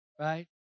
right